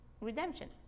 redemption